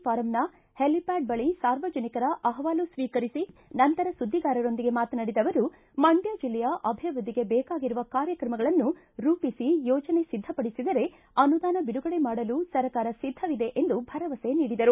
ಫಾರಂನ helipad ಬಳಿ ಸಾರ್ವಜನಿಕರ ಅಹವಾಲು ಸ್ವೀಕರಿಸಿ ನಂತರ ಸುದ್ದಿಗಾರರೊಂದಿಗೆ ಮಾತನಾಡಿದ ಅವರ ಮಂಡ್ಯ ಜಿಲ್ಲೆಯ ಅಭಿವೃದ್ದಿಗೆ ಬೇಕಾಗಿರುವ ಕಾರ್ಯಕ್ರಮಗಳನ್ನು ರೂಪಿಸಿ ಯೋಜನೆ ಸಿದ್ದಪಡಿಸಿದರೆ ಅನುದಾನ ಬಿಡುಗಡೆ ಮಾಡಲು ಸರ್ಕಾರ ಸಿದ್ದವಿದೆ ಎಂದು ಭರವಸೆ ನೀಡಿದರು